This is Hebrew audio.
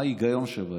מה ההיגיון שבזה.